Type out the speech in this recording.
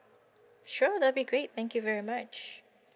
sure that'll be great thank you very much